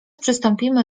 przystąpimy